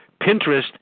Pinterest